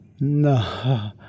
No